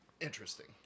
interesting